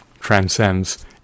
transcends